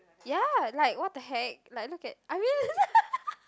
ya like what the heck like look at I realise